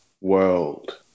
world